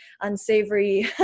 unsavory